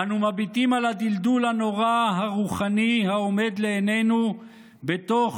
אנו מביטים על הדלדול הנורא הרוחני העומד לעינינו בתוך